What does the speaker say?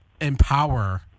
empower